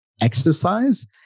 exercise